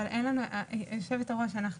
היושבת ראש,